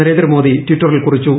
നരേന്ദ്രമോദി ട്വിറ്ററിൽ കുറിച്ചു